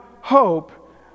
hope